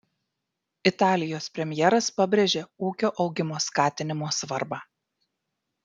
italijos premjeras pabrėžė ūkio augimo skatinimo svarbą